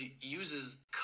uses